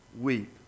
weep